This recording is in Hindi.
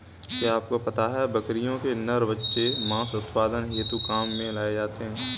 क्या आपको पता है बकरियों के नर बच्चे मांस उत्पादन हेतु काम में लाए जाते है?